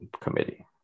committee